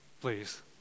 Please